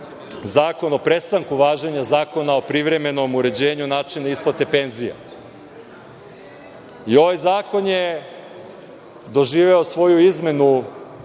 zakon o prestanku važenja Zakona o privremenom uređivanju načina isplate penzija. Ovaj Zakon je doživeo svoju izmenu